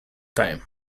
time